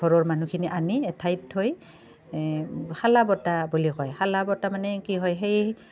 ঘৰৰ মানুহখিনি আনি এঠাইত থৈ শালাবটা বুলি কয় শালাবটা মানে কি হয় সেই